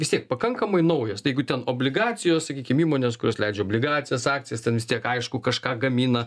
vis tiek pakankamai naujas tai jeigu ten obligacijos sakykime įmonės kurios leidžia obligacijas akcijas ten vis tiek aišku kažką gamina